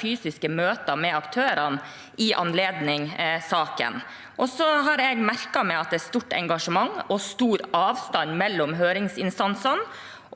fysiske møter – i anledning saken. Så har jeg merket meg at det er stort engasjement og stor avstand mellom høringsinstansene,